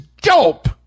dope